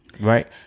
right